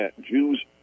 Jews